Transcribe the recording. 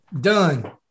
done